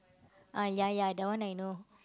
ah ya ya that one I know